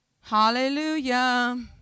Hallelujah